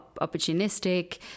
opportunistic